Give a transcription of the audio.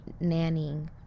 nannying